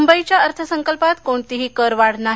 मुंबईच्या अर्थसंकल्पात कोणतीही करवाढ नाही